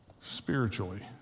spiritually